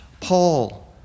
Paul